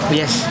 yes